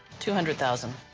two hundred thousand